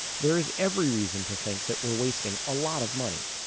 there is every reason to think that we're wasting a lot of money.